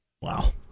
Wow